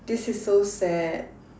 this is so sad